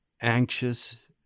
anxious